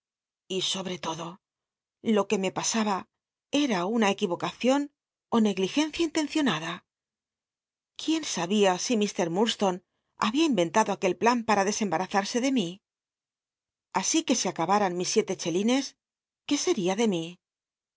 y sobre todo lo que me pasaba ea una equirocacion ó negligencia intencionada q uién sabia si mr iiurdstone habia inventado aquel plan para desembarazarse de mí así que se acabman mis siete chelines qué seria de mi